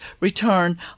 return